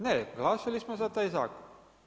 Ne glasali smo za taj zakon.